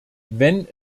wenn